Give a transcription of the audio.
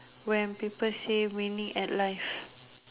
when people say winning at life